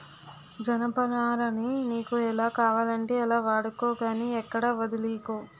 జనపనారని నీకు ఎలా కావాలంటే అలా వాడుకో గానీ ఎక్కడా వొదిలీకు